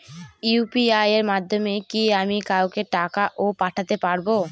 UPI এর মাধ্যমে কি আমি কাউকে টাকা ও পাঠাতে পারবো?